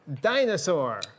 Dinosaur